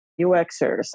UXers